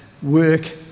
work